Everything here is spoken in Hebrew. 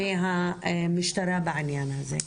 מהמשטרה בעניין הזה.